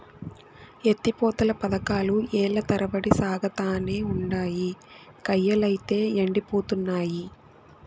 ఎత్తి పోతల పదకాలు ఏల్ల తరబడి సాగతానే ఉండాయి, కయ్యలైతే యెండిపోతున్నయి